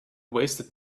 wasted